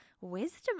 wisdom